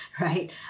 right